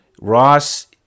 Ross